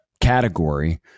category